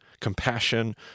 compassion